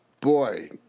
Boy